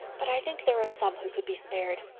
but i think there are some who could be spared,